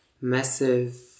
massive